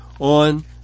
on